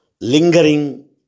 lingering